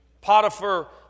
Potiphar